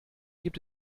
gibt